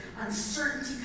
uncertainty